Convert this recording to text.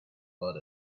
but